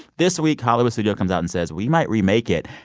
this week, hollywood studio comes out and says, we might remake it.